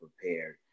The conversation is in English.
prepared